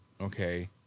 okay